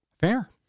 fair